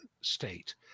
state